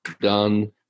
Done